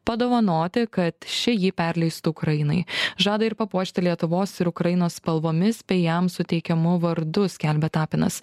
padovanoti kad ši jį perleistų ukrainai žada ir papuošti lietuvos ir ukrainos spalvomis bei jam suteikiamu vardu skelbia tapinas